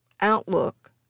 outlook